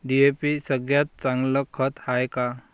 DAP सगळ्यात चांगलं खत हाये का?